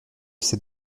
ses